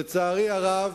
לצערי הרב,